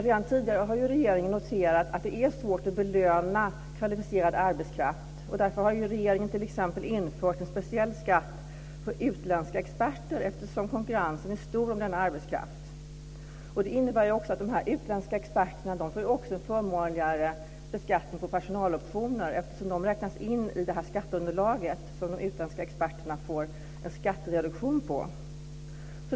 Redan tidigare har regeringen aviserat att det är svårt att belöna kvalificerad arbetskraft. Därför har regeringen t.ex. infört en speciell skatt för utländska experter eftersom konkurrensen är stor om denna arbetskraft. De utländska experterna får också förmånligare beskattning på personaloptioner eftersom dessa räknas in i det skatteunderlag som de utländska experterna får en skattereduktion på.